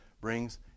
brings